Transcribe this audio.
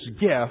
gift